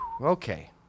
Okay